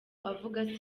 avuga